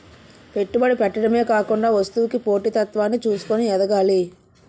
పెట్టుబడి పెట్టడమే కాకుండా వస్తువుకి పోటీ తత్వాన్ని చూసుకొని ఎదగాలి